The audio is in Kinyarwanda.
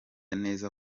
neza